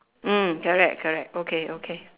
hmm correct correct okay okay